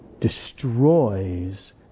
destroys